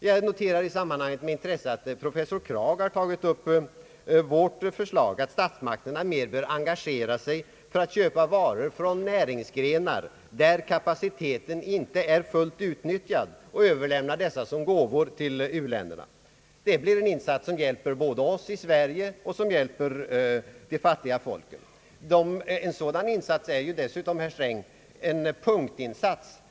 Jag noterar i sammanhanget med intresse att professor Kragh har tagit upp vårt förslag att statsmakterna mer bör engagera sig för att köpa varor från näringsgrenar där kapaciteten inte är fullt utnyttjad och överlämna dessa såsom gåvor till u-länderna. Det vore en insats som hjälper både oss i Sverige och de fattiga folken. En sådan insats vore ju dessutom, herr Sträng, en punktinsats.